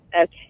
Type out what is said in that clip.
Okay